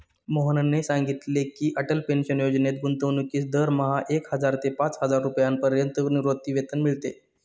मोहनने सांगितले की, अटल पेन्शन योजनेत गुंतवणूकीस दरमहा एक हजार ते पाचहजार रुपयांपर्यंत निवृत्तीवेतन मिळते